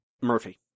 murphy